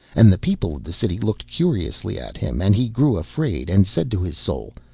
and the people of the city looked curiously at him, and he grew afraid and said to his soul,